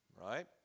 right